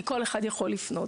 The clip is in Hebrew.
כי כל אחד יכול לפנות.